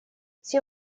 все